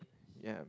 ya